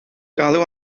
galw